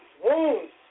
wounds